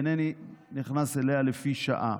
אינני נכנס אליה לפי שעה.